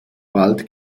bald